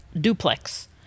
duplex